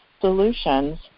solutions